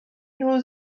nhw